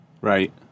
Right